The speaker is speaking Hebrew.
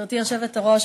גברתי היושבת-ראש,